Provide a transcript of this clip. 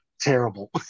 terrible